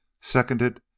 seconded